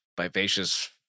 vivacious